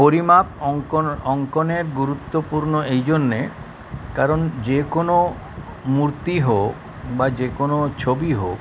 পরিমাপ অঙ্কন অঙ্কনের গুরুত্বপূর্ণ এই জন্য কারণ যে কোনো মূর্তি হোক বা যে কোনো ছবি হোক